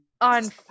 on